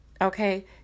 Okay